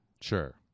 Sure